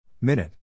Minute